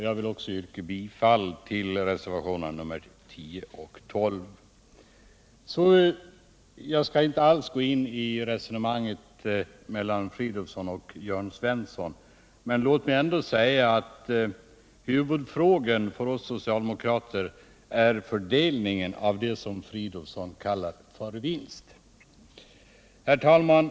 Jag vill också yrka bifall till reservationerna 10 och 12. Jag skall inte alls gå in i det resonemang som Filip Fridolfsson och Jörn Svensson har haft. Låt mig ändå säga att huvudfrågan för oss socialdemokrater är fördelningen av vad Filip Fridolfsson kallat vinst. Herr talman!